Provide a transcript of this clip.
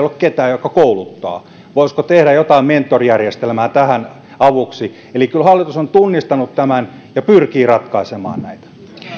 ole ketään joka kouluttaa voisiko tehdä jotain mentorijärjestelmää tähän avuksi eli kyllä hallitus on tunnistanut tämän ja pyrkii ratkaisemaan näitä